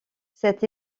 sept